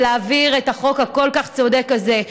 זה להעביר את החוק הכל-כך צודק הזה,